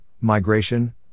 migration